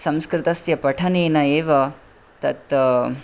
संस्कृतस्य पठनेन एव तत्